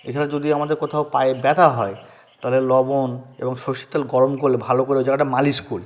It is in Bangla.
এছাড়া যদি আমাদের কোথাও পায়ে ব্যথা হয় তাহলে লবণ এবং সরষের তেল গরম করে ভালো করে ওই জায়গাটা মালিশ করি